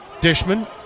Dishman